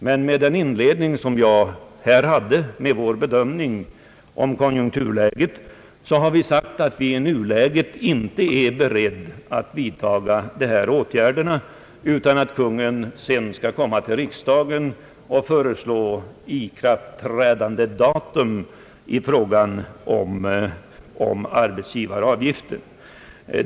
Men med vår bedömning av konjunkturläget, som jag redovisade i inledningen, har vi sagt att vi i nuläget inte är beredda vidtaga dessa åtgärder utan att Kungl. Maj:t sedan skall föreslå riksdagen ikraftträdandedatum i fråga om arbetsgivaravgiften.